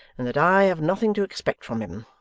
and that i have nothing to expect from him.